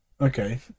Okay